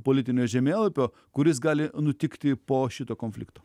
politinio žemėlapio kuris gali nutikti po šito konflikto